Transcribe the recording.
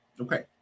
Okay